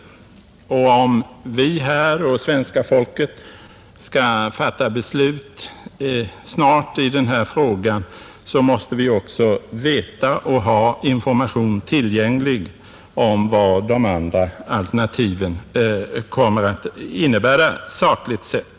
Om vi snart skall fatta beslut i denna fråga måste vi ha information tillgänglig om vad de andra alternativen kommer att innebära sakligt sett.